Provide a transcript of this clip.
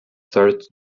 starred